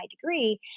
degree